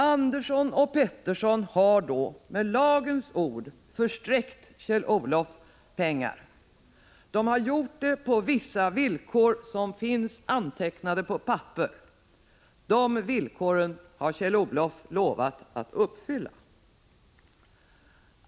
Andersson och Pettersson har då med lagens ord försträckt Kjell-Olof pengar, och det har de gjort på vissa villkor, som finns antecknade på papper. De villkoren har Kjell-Olof lovat att uppfylla.